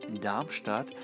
Darmstadt